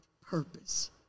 purpose